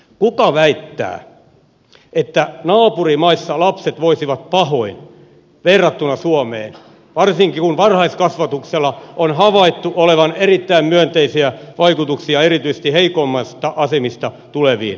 kuka väittää että naapurimaissa lapset voisivat pahoin verrattuna suomeen varsinkin kun varhaiskasvatuksella on havaittu olevan erittäin myönteisiä vaikutuksia erityisesti heikoimmista asemista tuleviin lapsiin